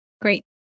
Great